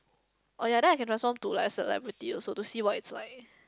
oh ya then I can transform to like celebrity also to see what it's like